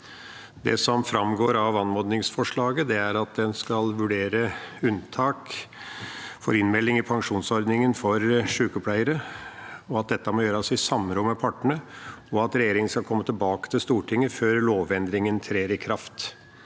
Det som framgår av anmodningsforslaget, er at en skal vurdere unntak for innmelding i pensjonsordningen for sykepleiere, at dette må gjøres i samråd med partene, og at regjeringa skal komme tilbake til Stortinget før lovendringen trer i kraft.